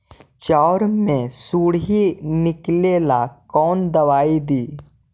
चाउर में से सुंडी निकले ला कौन दवाई दी?